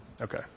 Okay